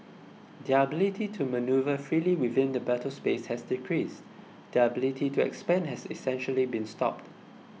their ability to manoeuvre freely within the battle space has decreased their ability to expand has essentially been stopped